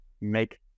make